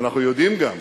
אבל אנחנו יודעים גם,